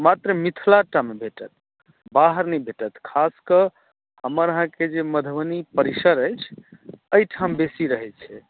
मात्र मिथिलाटा मे भेटत बाहर नहि भेटत खासकय हमर अहाॅंके जे मधुबनी परिसर अछि एहिठाम बेसी रहै छै